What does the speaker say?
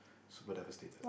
super devastated